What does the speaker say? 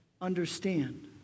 understand